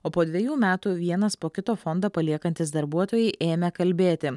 o po dvejų metų vienas po kito fondą paliekantys darbuotojai ėmė kalbėti